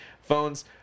phones